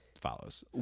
follows